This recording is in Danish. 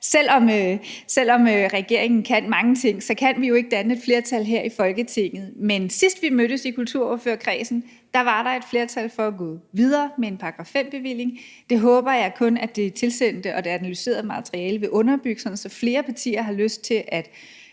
selv om regeringen kan mange ting, kan vi jo ikke danne et flertal her i Folketinget, men sidst vi mødtes i kulturordførerkredsen, var der et flertal for at gå videre med en § 5-bevilling. Det håber jeg kun at det tilsendte og analyserede materiale vil underbygge, sådan at flere partier har lyst til at